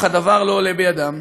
אך הדבר לא עולה בידם.